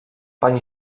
pani